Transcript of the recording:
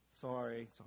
sorry